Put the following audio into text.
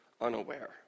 unaware